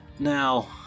Now